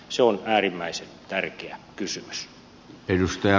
se on äärimmäisen tärkeä kysymys